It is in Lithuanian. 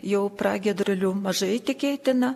jau pragiedrulių mažai tikėtina